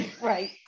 right